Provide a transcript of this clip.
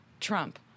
Trump